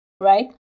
Right